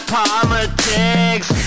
politics